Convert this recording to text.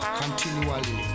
continually